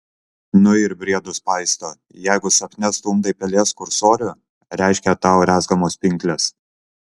nu ir briedus paisto jeigu sapne stumdai pelės kursorių reiškia tau rezgamos pinklės